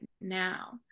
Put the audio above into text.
now